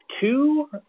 two